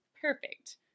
Perfect